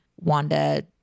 Wanda